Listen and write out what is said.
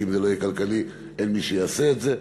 כי אם זה לא יהיה כלכלי אין מי שיעשה את זה.